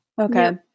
okay